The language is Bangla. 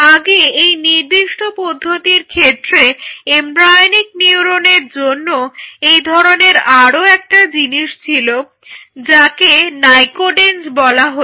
আগে এই নির্দিষ্ট পদ্ধতির ক্ষেত্রে এমব্রায়োনিক নিউরনের জন্য এই ধরনের আরো একটা জিনিস ছিল যাকে নাইকোডেঞ্জ বলা হয়